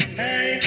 hey